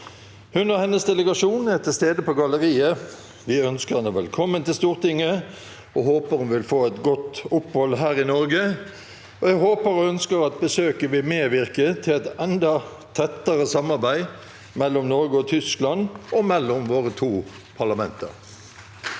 Hun og hennes delegasjon er til stede på galleriet. Vi ønsker henne velkommen til Stortinget og håper hun vil få et godt opphold her i Norge. Jeg håper og ønsker at besøket vil medvirke til et enda tettere samarbeid mellom Norge og Tyskland og mellom våre to parlamenter.